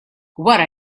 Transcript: wara